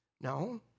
No